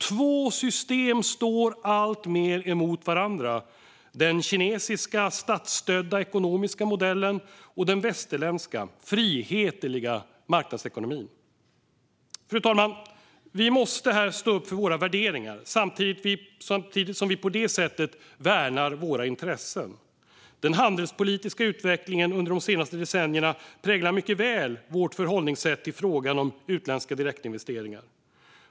Två system står alltmer mot varandra: den kinesiska statsstödda ekonomiska modellen och den västerländska frihetliga marknadsekonomin. Fru talman! Vi måste här stå upp för våra värderingar, samtidigt som vi på det sättet värnar våra intressen. Den handelspolitiska utvecklingen under de senaste decennierna präglar mycket väl vårt förhållningssätt till frågan om utländska direktinvesteringar.